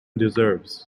deserves